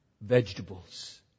vegetables